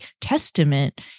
testament